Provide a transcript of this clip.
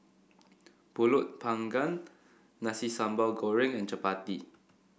pulut Panggang Nasi Sambal Goreng and Chappati